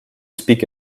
speak